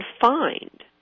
find